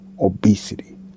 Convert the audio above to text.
obesity